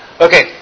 Okay